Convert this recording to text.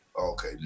Okay